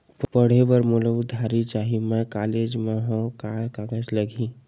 पढ़े बर मोला उधारी चाही मैं कॉलेज मा हव, का कागज लगही?